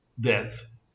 death